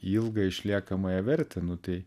ilgą išliekamąją vertę nu tai